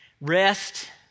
rest